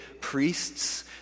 priests